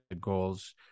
goals